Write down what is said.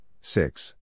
Six